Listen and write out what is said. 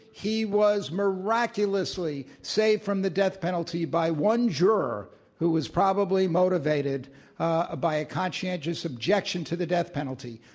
he was miraculously saved from the death penalty by one juror who was probably motivated ah by a conscientious objection to the death penalty.